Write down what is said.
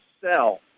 sell